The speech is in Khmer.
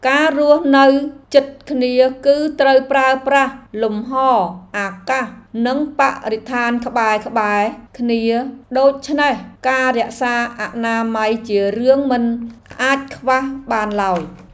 ការរស់នៅជិតគ្នាគឺត្រូវប្រើប្រាស់លំហអាកាសនិងបរិស្ថានក្បែរៗគ្នាដូច្នេះការរក្សាអនាម័យជារឿងមិនអាចខ្វះបានឡើយ។